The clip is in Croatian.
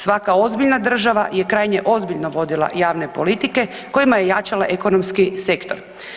Svaka ozbiljna država je krajnje ozbiljno vodila javne politike kojima je jačala ekonomski sektor.